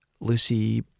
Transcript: Lucy